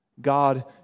God